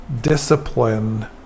discipline